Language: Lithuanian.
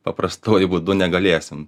paprastuoju būdu negalėsim